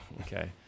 okay